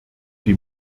die